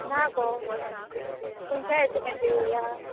ना गो खंयच्या हायर सेकेंड्री घेवया